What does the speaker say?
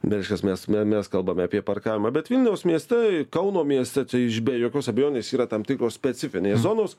bet iš esmės me mes kalbame apie parkavimą bet vilniaus mieste kauno mieste tai iš be jokios abejonės yra tam tikros specifinės zonos